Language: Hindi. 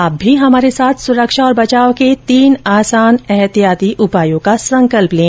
आप भी हमारे साथ सुरक्षा और बचाव के तीन आसान एहतियाती उपायों का संकल्प लें